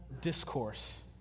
discourse